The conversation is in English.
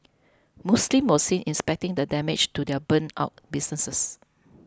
Muslims were seen inspecting the damage to their burnt out businesses